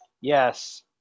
yes